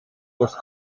wrth